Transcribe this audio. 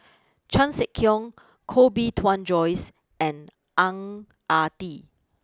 Chan Sek Keong Koh Bee Tuan Joyce and Ang Ah Tee